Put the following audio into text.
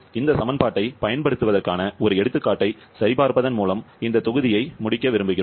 இந்த சமன்பாட்டைப் பயன்படுத்துவதற்கான ஒரு எடுத்துக்காட்டைச் சரிபார்ப்பதன் மூலம் இந்த தொகுதியை மூட விரும்புகிறோம்